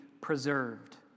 preserved